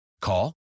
Call